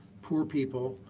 poor people,